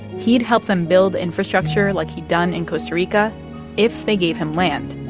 he'd help them build infrastructure like he'd done in costa rica if they gave him land,